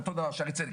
אותו דבר בשערי צדק,